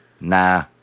nah